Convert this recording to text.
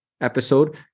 episode